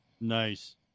Nice